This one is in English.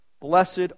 Blessed